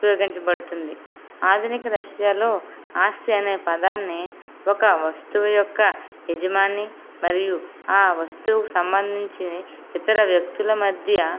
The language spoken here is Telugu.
ఉపయోగించబడుతుంది ఆధునిక రష్యాలో ఆస్తి అనే పదాన్ని ఒక వస్తువు యొక్క యజమాని మరియు ఆ వస్తువుకి సంబంధించి ఇతర వ్యక్తుల మధ్య